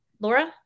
Laura